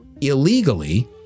illegally